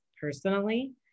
personally